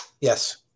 Yes